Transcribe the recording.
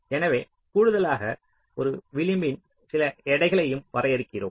எனவே கூடுதலாக ஒரு விளிம்பின் சில எடைகளையும் வரையறுக்கிறோம்